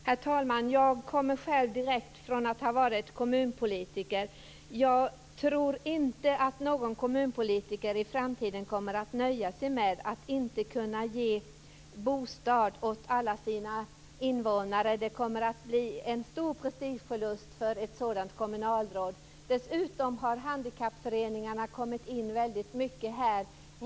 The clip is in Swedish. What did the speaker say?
Herr talman! Jag kommer själv direkt från kommunalpolitiken. Jag tror inte att någon kommunpolitiker i framtiden kommer att nöja sig med att inte kunna ge bostad åt alla sina invånare. Det kommer att bli en stor prestigeförlust för ett sådant kommunalråd. Dessutom har handikappföreningarna kommit in väldigt mycket på det här området.